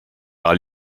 par